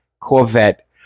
Corvette